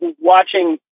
watching